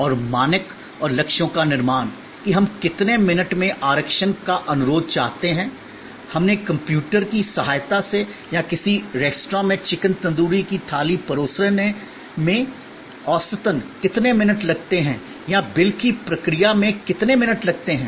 और मानक और लक्ष्यों का निर्माण कि हम कितने मिनट में आरक्षण का अनुरोध चाहते हैं हमने कंप्यूटर की सहायता से या किसी रेस्तरां में चिकन तंदूरी की थाली परोसने में औसतन कितने मिनट लगते हैं या बिल की प्रक्रिया में कितने मिनट लगते हैं